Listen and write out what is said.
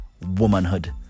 womanhood